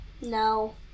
No